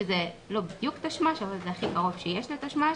שזה לא בדיוק תשמ"ש, אבל זה הכי קרוב שיש לתשמ"ש,